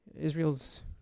Israel's